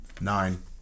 Nine